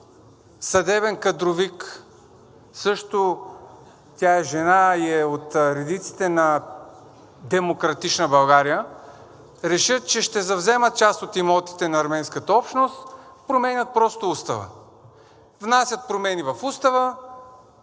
съдебен кадровик – тя е жена и е от редиците на „Демократична България“, решат, че ще завземат част от имотите на арменската общност, променят просто устава. Внасят промени в устава